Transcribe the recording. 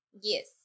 Yes